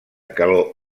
que